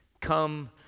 come